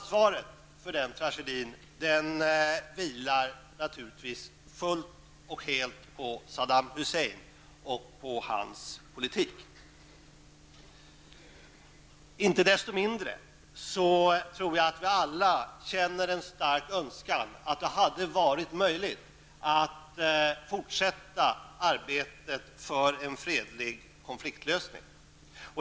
Ansvaret för den tragedin vilar naturligtvis fullt och helt på Saddam Hussein och hans politik. Jag tror inte desto mindre att vi alla känner en stor önskan att det varit möjligt att fortsätta arbetet för en fredlig konfliktlösning.